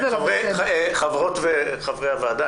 חברי וחברות הוועדה,